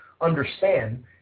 understand